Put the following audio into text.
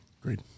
Great